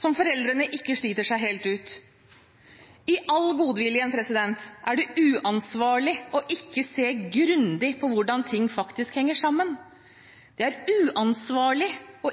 som foreldrene ikke sliter seg helt ut. I all godviljen er det uansvarlig ikke å se grundig på hvordan ting faktisk henger sammen. Det er uansvarlig